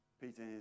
Peter